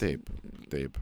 taip taip